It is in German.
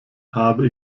habe